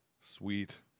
sweet